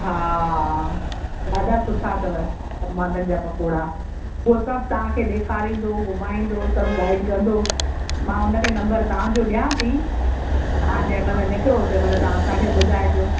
हा ॾाढा सुठा अथव टमाटनि जा पकोड़ा उहो सभु तव्हांखे ॾेखारींदो घुमाईंदो सभु गाईड कंदो मां उनखे नम्बर तव्हां जो ॾियां थी तव्हां जंहिंमहिल निकिरो तंहिंमहिल तव्हां असांखे ॿुधाइजो